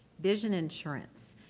vision insurance.